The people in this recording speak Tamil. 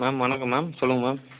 மேம் வணக்கம் மேம் சொல்லுங்கள் மேம்